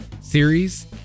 series